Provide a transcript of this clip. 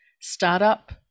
startup